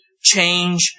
change